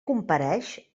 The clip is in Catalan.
compareix